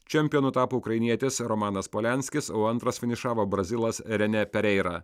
čempionu tapo ukrainietis romanas polianskis o antras finišavo brazilas rene pereira